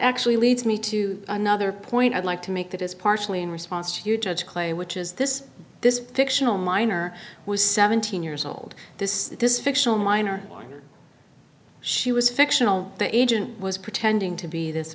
actually leads me to another point i'd like to make that is partially in response to you judge clay which is this this fictional minor was seventeen years old this this fictional minor one she was fictional the agent was pretending to be this